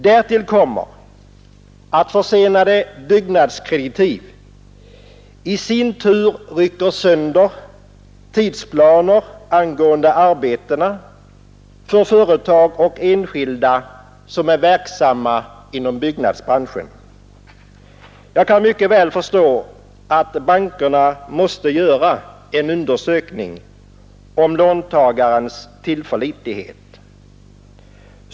Därtill kommer att försenade byggnadskreditiv i sin tur rycker sönder tidsplaner för företag och enskilda som är verksamma inom byggnadsbranschen. Jag kan mycket väl förstå att bankerna måste göra en undersökning om låntagarens tillförlitlighet.